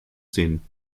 sehen